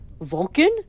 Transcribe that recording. Vulcan